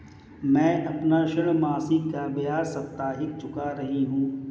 मैं अपना ऋण मासिक के बजाय साप्ताहिक चुका रही हूँ